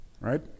Right